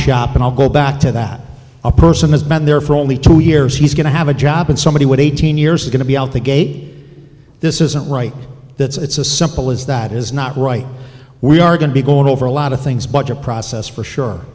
shop and i'll go back to that a person has been there for only two years he's going to have a job and somebody what eighteen years are going to be out the gate this isn't right that it's a simple as that is not right we are going to be going over a lot of things budget process for sure